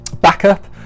backup